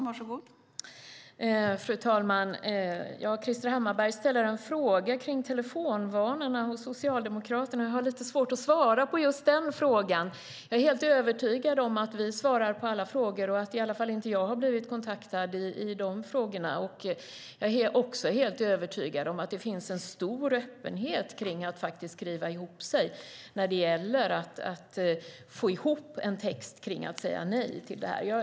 Fru talman! Krister Hammarbergh ställer en fråga om telefonvanorna hos Socialdemokraterna. Jag har lite svårt att svara på just den frågan. Jag är helt övertygad om att vi svarar på alla frågor och att i alla fall inte jag har blivit kontaktad i de frågorna. Jag är också helt övertygad om att det finns en stor öppenhet kring att faktiskt skriva ihop sig när det gäller en text för att säga nej till det här förslaget.